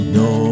no